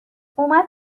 اومد